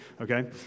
Okay